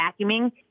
vacuuming